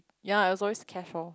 ya it was always cash loh